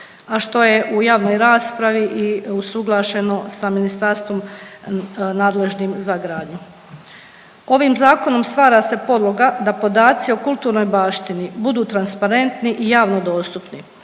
a što je u javnoj raspravi i usuglašeno sa ministarstvom nadležnim za gradnju. Ovim Zakonom stvara se podloga da podaci o kulturnoj baštini budu transparentni i javno dostupni,